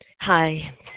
Hi